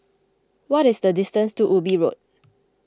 what is the distance to Ubi Road